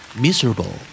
Miserable